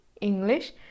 English